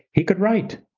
he could write.